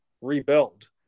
rebuild